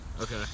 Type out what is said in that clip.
Okay